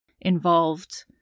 involved